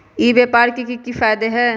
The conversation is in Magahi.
ई व्यापार के की की फायदा है?